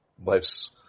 life's